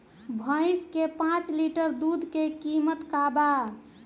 भईस के पांच लीटर दुध के कीमत का बा?